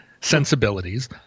sensibilities